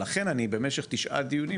לכן אני במשך תשעה דיונים,